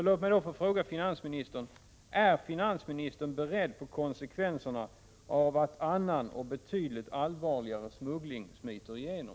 Låt mig fråga finansministern: Är finansministern beredd på konsekvenserna av att annan och betydligt allvarligare smuggling smiter igenom?